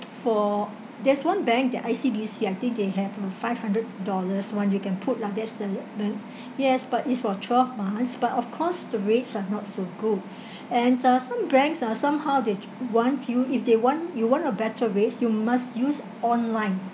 for there's one bank the I_C_B_C I think they have uh five hundred dollars one you can put lah that's the the yes but is for twelve months but of course the rates are not so good and uh some banks are somehow they want you if they want you want a better rates you must use online